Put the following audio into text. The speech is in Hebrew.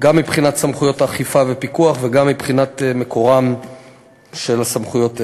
גם מבחינת סמכויות האכיפה והפיקוח וגם מבחינת מקורן של הסמכויות האלה.